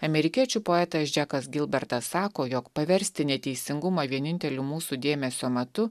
amerikiečių poetas džekas gilbertas sako jog paversti neteisingumą vieninteliu mūsų dėmesio matu